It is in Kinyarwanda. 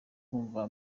kumva